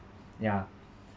ya